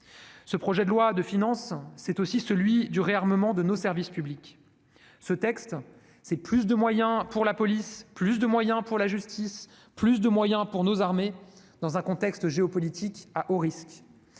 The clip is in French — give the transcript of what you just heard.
Ce projet de loi de finances, c'est aussi celui du réarmement de nos services publics. Ce texte donne plus de moyens à la police, à la justice et à nos armées dans un contexte géopolitique à haut risque.